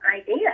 idea